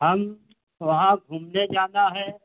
हम वहाँ घूमने जाना है